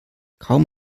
kaum